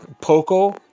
Poco